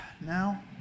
now